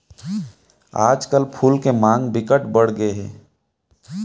आजकल फूल के मांग बिकट बड़ गे हे